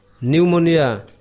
pneumonia